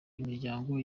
imiryango